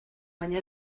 baina